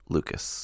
Lucas